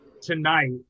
Tonight